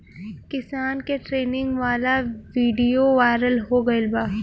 किसान के ट्रेनिंग वाला विडीओ वायरल हो गईल बा